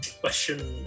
question